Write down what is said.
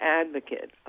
advocate